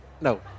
No